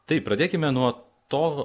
tai pradėkime nuo to